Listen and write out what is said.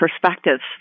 perspectives